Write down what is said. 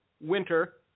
winter